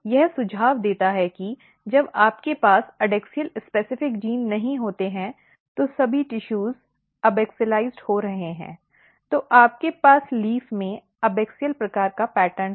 यह सुझाव देता है कि जब आपके पास एडैक्सियल विशिष्ट जीन नहीं होते हैं तो सभी ऊतक एबाक्सिअलिजॅड हो रहे हैं तो आपके पास पत्ते में एबाक्सिअल प्रकार का पैटर्न है